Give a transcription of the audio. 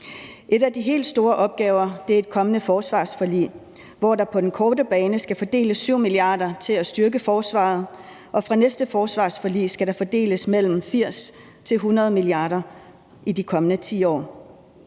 En af de helt store opgaver er et kommende forsvarsforlig, hvor der på den korte bane skal fordeles 7 mia. kr. til at styrke forsvaret. Og fra næste forsvarsforlig skal der fordeles 80-100 mia. kr. over de kommende 10 år.